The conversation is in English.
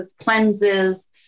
cleanses